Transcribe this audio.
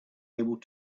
able